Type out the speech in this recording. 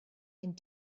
and